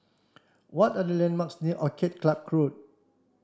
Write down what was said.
what are the landmarks near Orchid Club Road